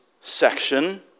section